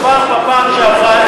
עבר בפעם שעברה.